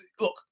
Look